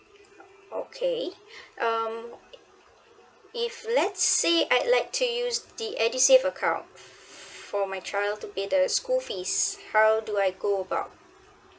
okay um if let's say I'd like to use the edusave account for my child to pay the school fees how do I go about